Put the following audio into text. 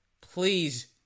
please